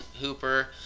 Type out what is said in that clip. Hooper